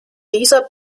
dieser